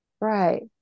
right